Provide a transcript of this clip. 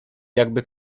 jakby